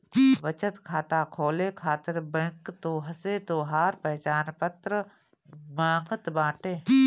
बचत खाता खोले खातिर बैंक तोहसे तोहार पहचान पत्र मांगत बाटे